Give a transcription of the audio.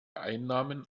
einnahmen